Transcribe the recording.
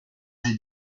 j’ai